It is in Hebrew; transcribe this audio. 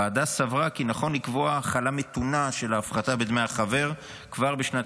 הוועדה סברה כי נכון לקבוע החלה מתונה של ההפחתה בדמי החבר כבר בשנת